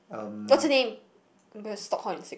um